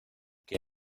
que